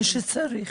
מי שצריך.